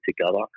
together